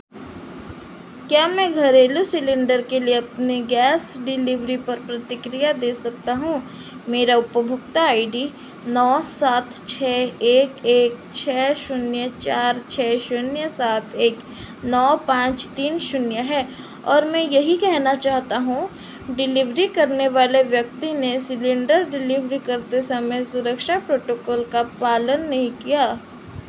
क्या मैं घरेलू सिलेन्डर के लिए अपने गैस डिलिवरी पर प्रतिक्रिया दे सकता हूँ मेरा उपभोक्ता आई डी नौ सात छः एक एक छः शून्य चार छः शून्य सात एक नौ पाँच तीन शून्य है और मैं यही कहना चाहता हूँ डिलिवरी करने वाले व्यक्ति ने सिलेन्डर डिलिवरी करते समय सुरक्षा प्रोटोकॉल का पालन नहीं किया